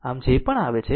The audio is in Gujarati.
આમ જે પણ આવે છે